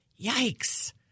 yikes